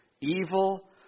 Evil